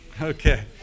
Okay